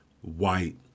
white